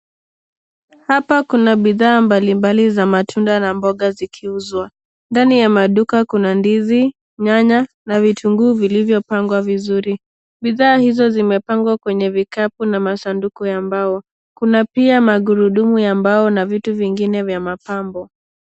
Hapa kuna bidhaa mbalimbali za matunda na mboga zikiuzwa. Ndani ya maduka kuna ndizi, nyanya na vitunguu vilivyopangwa vizuri. Bidhaa hizo zimepangwa Kwenye vikapu na masanduku ya mbao. Kuna pia magurudumu ya mbao na vitu vingine vya mapambo.